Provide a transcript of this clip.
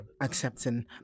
accepting